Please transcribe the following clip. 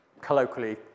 colloquially